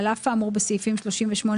על אף האמור בסעיפים 38(א1),